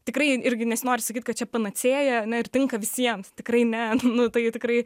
tikrai irgi nesinori sakyt kad čia panacėja ir tinka visiems tikrai ne nu tai tikrai